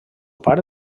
pare